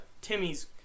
Timmy's